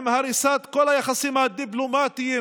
עם הריסת כל היחסים הדיפלומטיים